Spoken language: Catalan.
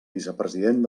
vicepresident